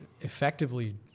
effectively